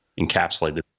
encapsulated